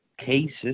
cases